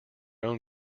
own